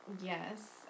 Yes